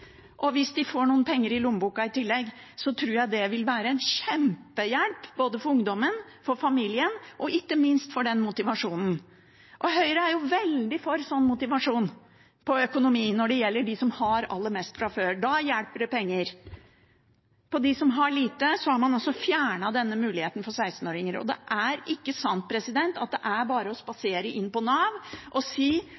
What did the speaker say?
Hvis de får noen penger i lommeboka i tillegg, tror jeg det vil være en kjempehjelp både for ungdommen, for familien og ikke minst for motivasjonen. Høyre er jo veldig for økonomisk motivasjon når det gjelder dem som har aller mest fra før. Da hjelper det med penger. For dem som har lite, har man altså fjernet denne muligheten for 16-åringer. Det er ikke sant at det bare er å